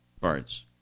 parts